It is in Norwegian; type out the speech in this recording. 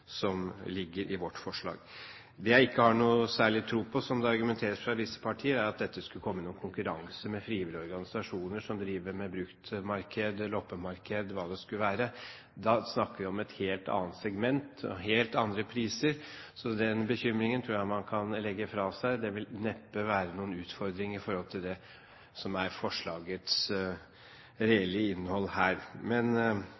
som ligger i vårt forslag. Det jeg ikke har noen særlig tro på, som det argumenteres med fra visse partier, er at dette skulle komme i konkurranse med frivillige organisasjoner som driver med bruktmarked, loppemarked eller hva det skulle være. Da snakker vi om et helt annet segment og helt andre priser. Så den bekymringen tror jeg man kan legge fra seg. Det vil neppe være noen utfordring i forhold til det som er forslagets reelle innhold her. Men